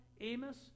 Amos